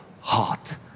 heart